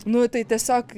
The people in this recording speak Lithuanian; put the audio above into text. nu tai tiesiog